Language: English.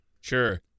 Sure